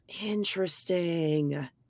Interesting